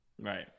Right